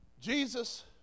Jesus